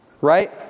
right